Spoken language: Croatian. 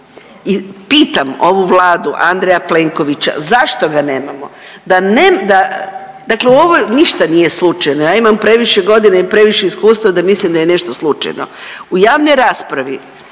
i pitam ovu Vladu Andreja Plenkovića, zašto ga nemamo? Dakle ovdje ništa nije slučajno, ja imam previše godina i previše iskustva da mislim da je nešto slučajno. U javnoj raspravi